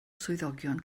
swyddogion